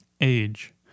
Age